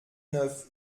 neuf